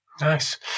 Nice